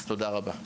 תודה רבה.